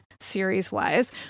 series-wise